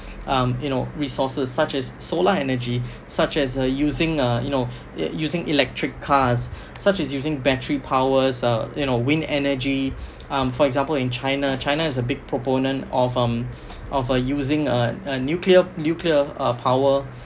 um you know resources such as solar energy such as uh using uh you know using electric cars such as using battery powers uh you know wind energy um for example in china china is a big proponent of um of uh using uh a nuclear nuclear uh power